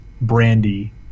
brandy